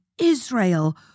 Israel